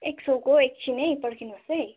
एक सौको एकछिन है पर्खिनुहोस् है